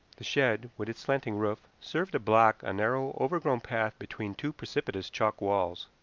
the shed, with its slanting roof, served to block a narrow, overgrown path between two precipitous chalk walls.